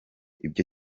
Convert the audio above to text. ibyo